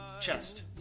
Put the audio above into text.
Chest